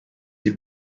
die